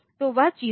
तो वह चीज है